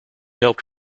helped